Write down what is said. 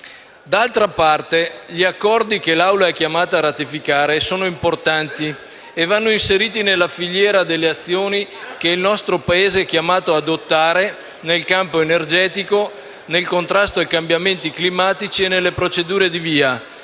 D'altra parte, gli accordi che l'Assemblea è chiamata a ratificare sono importanti e devono essere inseriti nella filiera delle azioni che il nostro Paese è tenuto ad adottare nel campo energetico, nel contrasto ai cambiamenti climatici e nelle procedure di VIA,